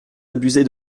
abuser